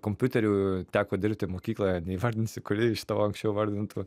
kompiuteriu teko dirbti mokykloje neįvardinsiu kuri iš tavo anksčiau įvardintų